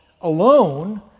alone